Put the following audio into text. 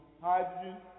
hydrogen